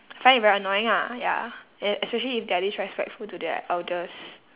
find it very annoying ah ya and especially if they are disrespectful to their elders